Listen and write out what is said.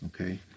Okay